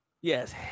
Yes